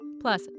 Plus